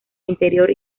interior